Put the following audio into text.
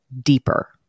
deeper